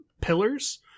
pillars